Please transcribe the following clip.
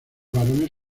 varones